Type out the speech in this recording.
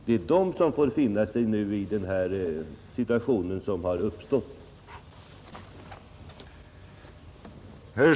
Det är de som får finna sig i den situation som har uppstått och som utskottet inte vill ändra.